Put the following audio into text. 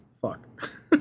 Fuck